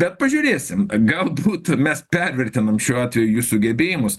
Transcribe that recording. bet pažiūrėsim galbūt mes pervertinam šiuo atveju jų sugebėjimus